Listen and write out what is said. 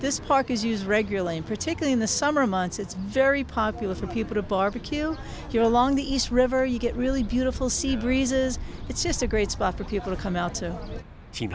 this park is used regularly in particular in the summer months it's very popular for people to barbecue here along the east river you get really beautiful sea breezes it's just a great spot for people to come out to he